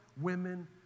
women